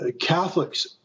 Catholics